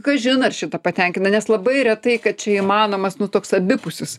kažin ar šitą patenkina nes labai retai kad čia įmanomas nu toks abipusis